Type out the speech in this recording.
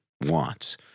wants